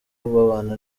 babana